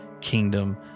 kingdom